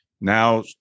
now